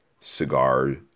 Cigar